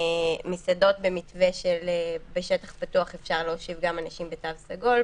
מסעדות במתווה שבשטח פתוח אפשר להושיב גם אנשים בתו סגול,